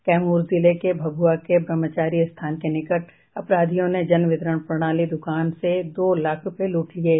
कैमूर जिले के भभुआ के ब्रहमचारी स्थान के निकट अपराधियों ने जनवितरण प्रणाली दुकानदार से दो लाख रुपये लूट लिये